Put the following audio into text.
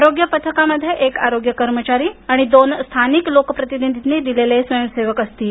आरोग्य पथकामध्ये एक आरोग्य कर्मचारी आणि दोन स्थानिक लोकप्रतिनिधींनी दिलेला स्वयंसेवक राहणार आहे